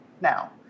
now